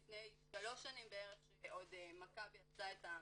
לפני שלוש שנים בערך כשעוד מכבי עשתה את המחקר.